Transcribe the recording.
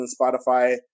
Spotify